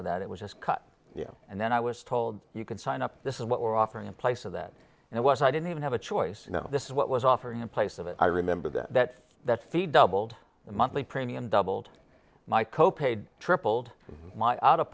on that it was cut and then i was told you can sign up this is what we're offering in place of that and it was i didn't even have a choice you know this is what was offering in place of it i remember that that's the doubled monthly premium doubled my co pay tripled my out of